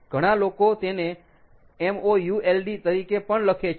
ઘણા લોકો તેને MOULD તરીકે પણ લખે છે